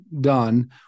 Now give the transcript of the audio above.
done